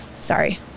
Sorry